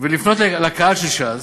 ולפנות לקהל של ש"ס"